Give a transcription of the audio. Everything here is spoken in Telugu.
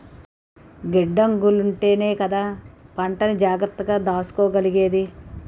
గిడ్డంగులుంటేనే కదా పంటని జాగ్రత్తగా దాసుకోగలిగేది?